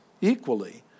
equally